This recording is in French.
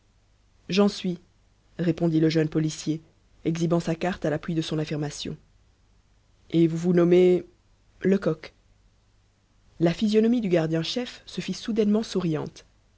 j'en suis répondit le jeune policier exhibant sa carte à l'appui de son affirmation et vous vous nommez lecoq la physionomie du gardien chef se fit soudainement souriante